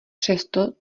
přesto